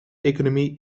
economie